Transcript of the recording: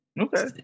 okay